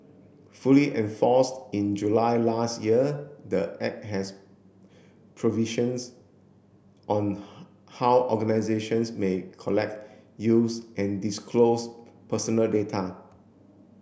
fully enforced in July last year the Act has provisions on how organisations may collect use and disclose personal data